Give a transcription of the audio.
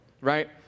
right